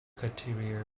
criterion